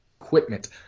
equipment